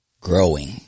growing